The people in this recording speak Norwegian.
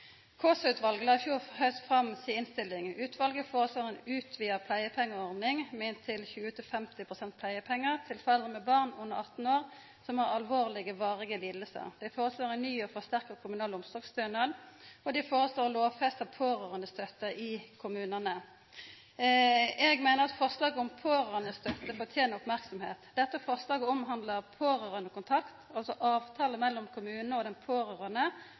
la i fjor haust fram si innstilling. Utvalet foreslår ei utvida pleiepengeordning med inntil 20–50 pst. pleiepengar til foreldre med barn under 18 år som har alvorlege og varige lidingar. Dei foreslår ein ny og forsterka kommunal omsorgsstønad, og dei foreslår å lovfesta pårørandestøtte i kommunane. Eg meiner at forslaget om pårørandestøtte fortener merksemd. Dette forslaget omhandlar pårørandekontakt, altså ein avtale mellom kommunen og den pårørande